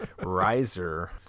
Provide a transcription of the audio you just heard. riser